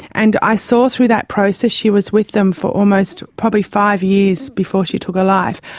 and i saw through that process, she was with them for almost probably five years before she took her life,